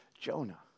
Jonah